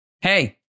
hey